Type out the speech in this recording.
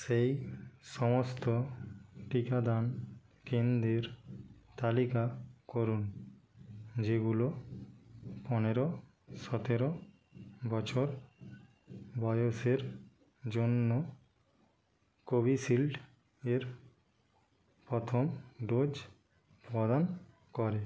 সেই সমস্ত টিকাদান কেন্দ্রের তালিকা করুন যেগুলো পনেরো সতেরো বছর বয়সের জন্য কোভিশিল্ড এর প্রথম ডোজ প্রদান করে